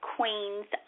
Queens